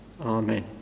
Amen